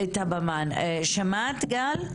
שמעת גל?